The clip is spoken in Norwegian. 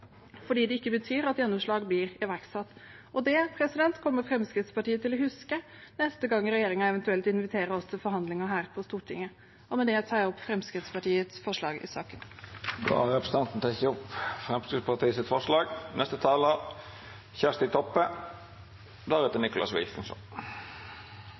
fordi det ikke betyr at gjennomslag blir iverksatt. Det kommer Fremskrittspartiet til å huske neste gang regjeringen eventuelt inviterer oss til forhandlinger her på Stortinget. Med det tar jeg opp Fremskrittspartiets forslag i saken. Representanten Åshild Bruun-Gundersen har teke opp